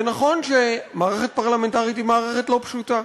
זה נכון שמערכת פרלמנטרית היא מערכת לא פשוטה.